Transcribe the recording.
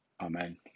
Amen